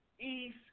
east